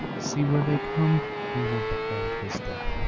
see where they come we will behold his death.